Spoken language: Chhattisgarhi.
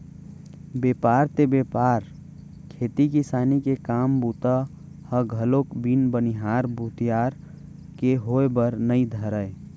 बेपार ते बेपार खेती किसानी के काम बूता ह घलोक बिन बनिहार भूथियार के होय बर नइ धरय